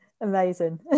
amazing